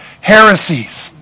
heresies